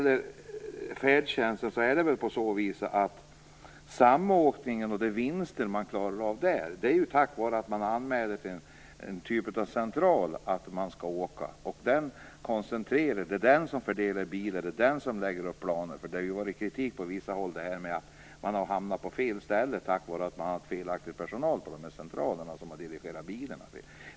De vinster som görs genom samåkning inom färdtjänsten görs tack vare att människor anmäler till en central att de skall åka. Denna central fördelar bilar och lägger upp planer. Det har ju förekommit kritik på vissa håll när det gäller att människor har hamnat på fel ställe på grund av det har varit fel personal på de centraler som dirigerar bilarna.